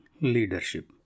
leadership